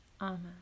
Amen